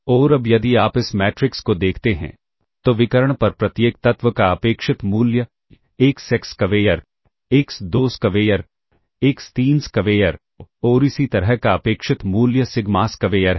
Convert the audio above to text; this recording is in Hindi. और अब यदि आप इस मैट्रिक्स को देखते हैं तो विकर्ण पर प्रत्येक तत्व का अपेक्षित मूल्य x1 square x2 square x3 square और इसी तरह का अपेक्षित मूल्य सिग्मा स्क्वेयर है